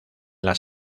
las